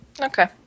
Okay